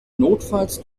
notfalls